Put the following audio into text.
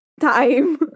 time